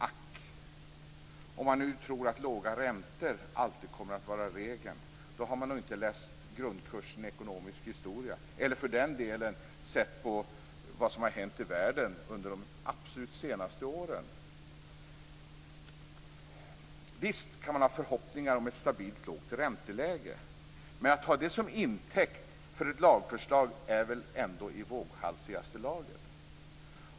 Ack, om man nu tror att låga räntor alltid kommer att vara regel har man nog inte läst grundkursen i ekonomisk historia - eller för den delen sett på vad som har hänt i världen under de absolut senaste åren. Visst kan man ha förhoppningar om ett stabilt lågt ränteläge. Men att ta det som intäkt för ett lagförslag är väl ändå i våghalsigaste laget?